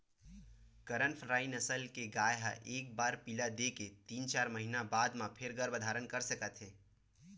करन फ्राइ नसल के गाय ह एक बार पिला दे के तीन, चार महिना बाद म फेर गरभ धारन कर सकत हे